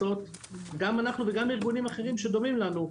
גם אנחנו וגם ארגונים אחרים שדומים לנו,